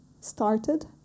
started